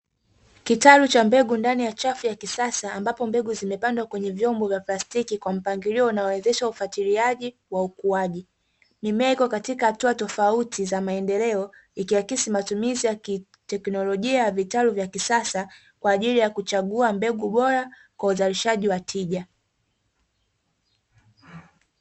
Wateja watatu waliosimama na kupita mbele ya duka la maziwa, wakiwa wanasubiri kununua bidhaa mbalimbali katika eneo hilo linaloonekana kuwa safi na limepangiliwa vizuri. Eneo hilo lina mabango yanayoonyesha aina ya maziwa pamoja na bidhaa zake zinazopatikana hapo.